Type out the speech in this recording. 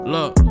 Look